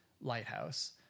lighthouse